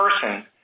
person